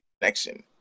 connection